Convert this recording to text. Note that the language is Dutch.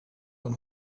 dan